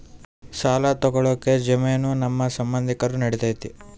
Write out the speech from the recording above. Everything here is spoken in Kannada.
ಸಾಲ ತೊಗೋಳಕ್ಕೆ ಜಾಮೇನು ನಮ್ಮ ಸಂಬಂಧಿಕರು ನಡಿತೈತಿ?